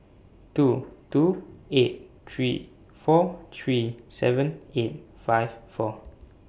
two two eight three four three seven eight five four